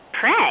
pray